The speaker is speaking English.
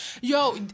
Yo